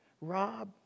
Rob